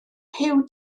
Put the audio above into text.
huw